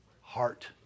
heart